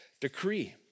decree